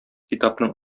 китапның